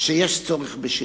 שיש צורך בשינוי: